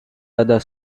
other